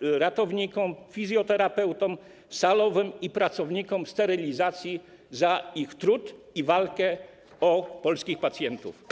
ratownikom, fizjoterapeutom, salowym i pracownikom sterylizacji za ich trud i walkę o polskich pacjentów.